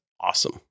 awesome